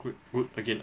good food again lah